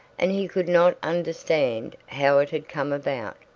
and he could not understand how it had come about.